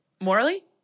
Morally